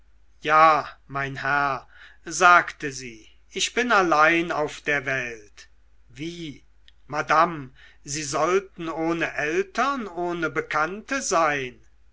ja mein herr sagte sie ich bin allein auf der welt wie madame sie sollten ohne eltern ohne bekannte sein